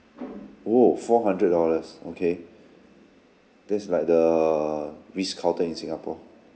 oh four hundred dollars okay that's like the ritz carlton in singapore